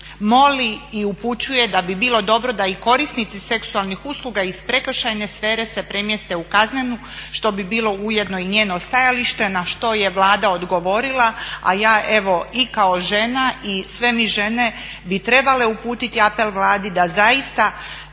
moli i upućuje da bi bilo dobro da i korisnici seksualnih usluga iz prekršajne sfere se premjeste u kaznenu što bi bilo ujedno i njeno stajalište na što je Vlada odgovorila a ja evo i kao žena i sve mi žene bi trebale uputiti apel Vladi da zaista